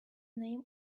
name